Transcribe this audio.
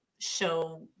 show